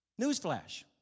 Newsflash